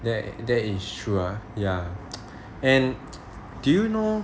that that is true ah ya and do you know